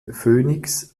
phoenix